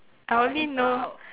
I only know